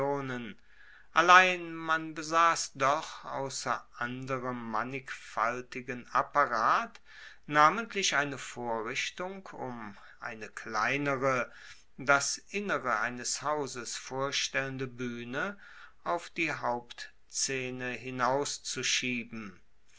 allein man besass doch ausser anderem mannigfaltigen apparat namentlich eine vorrichtung um eine kleinere das innere eines hauses vorstellende buehne auf die hauptszene hinauszuschieben